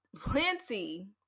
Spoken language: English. plenty